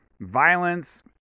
violence